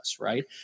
Right